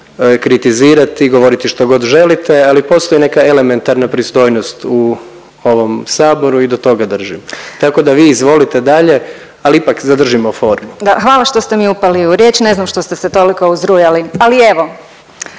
kritizirati, govoriti što god želite, ali postoji neka elementarna pristojnost u ovom saboru i do toga držim, tako da vi izvolite dalje, ali ipak zadržimo formu./…. **Orešković, Dalija (DOSIP)** Hvala što ste mi upali u riječ, ne znam što ste se toliko uzrujali, ali evo,